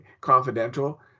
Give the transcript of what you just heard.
Confidential